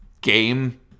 game